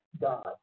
God